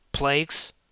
plagues